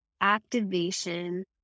activation